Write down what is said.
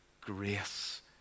grace